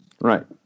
Right